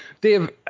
Dave